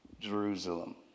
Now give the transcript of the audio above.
Jerusalem